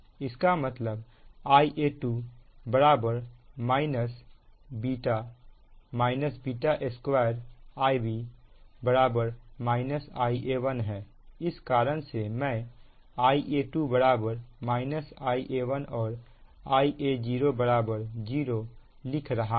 इसका मतलब Ia2 β β2 Ib बराबर Ia1 है इस कारण से मैं Ia2 Ia1 और Ia0 0 लिख रहा हूं